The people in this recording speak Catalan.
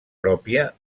pròpia